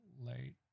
late